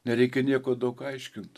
nereikia nieko daug aiškint